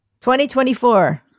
2024